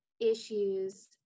issues